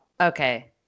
Okay